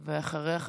אחריה,